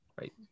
right